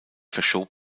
verschob